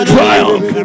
Triumph